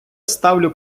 ставлю